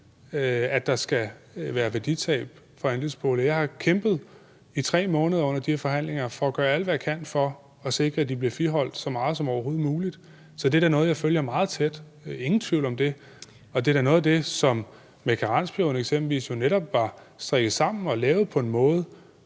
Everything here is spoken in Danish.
at der skal være værditab for andelsboliger. Jeg har kæmpet i 3 måneder under de her forhandlinger for at gøre alt, hvad jeg kan, for at sikre, at de bliver friholdt så meget som overhovedet muligt. Så det er da noget, jeg følger meget tæt, ingen tvivl om det. Karensperioden var eksempelvis netop strikket sammen og lavet på en måde,